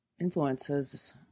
influences